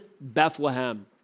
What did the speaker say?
Bethlehem